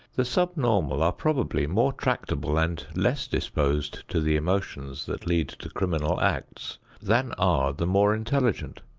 the sub-normal are probably more tractable and less disposed to the emotions that lead to criminal acts than are the more intelligent.